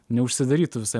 neužsidarytų visai